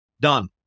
done